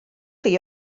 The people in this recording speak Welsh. chi